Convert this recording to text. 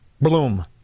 Bloom